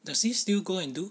does he still go and do